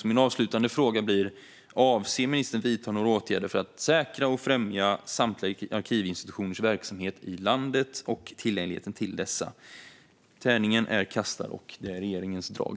Min avslutande fråga blir: Avser ministern att vidta några åtgärder för att säkra och främja samtliga arkivinstitutioners verksamhet i landet och tillgängligheten till dessa? Tärningen är kastad, och det är regeringens drag.